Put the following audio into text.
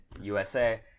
USA